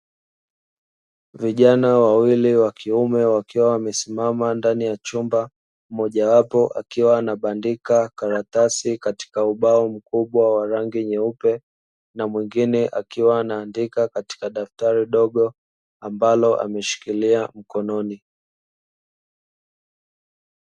Vijana wawili wa kiume wakiwa wamesimama ndani ya chumba, mmoja wapo akiwa anabandika karatasi katika ubao mkubwa wa rangi nyeupe, na mwingine akiwa anaandika katika daftari dogo ambalo ameshikilia mkononi.